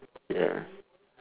ya